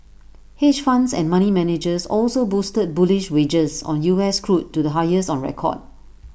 hedge funds and money managers also boosted bullish wagers on U S crude to the highest on record